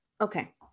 Okay